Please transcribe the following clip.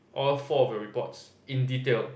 all four of your reports in detail